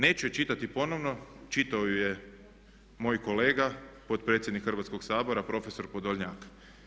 Neću je čitati ponovno, čitao ju je moj kolega potpredsjednik Hrvatskog sabora prof. Podolnjak.